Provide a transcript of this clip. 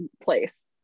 place